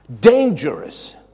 dangerous